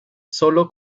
sólo